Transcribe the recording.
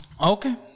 Okay